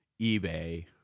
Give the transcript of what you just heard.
eBay